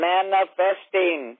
Manifesting